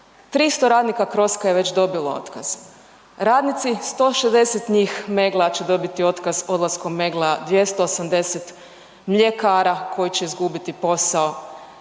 300 radnika Crosco-a je već dobilo otkaz. Radnici, 160 njih Meggle-a će dobiti otkaz odlaskom Meggle-a, 280 mljekara koji će izgubiti posao,